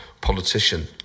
politician